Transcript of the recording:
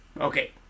Okay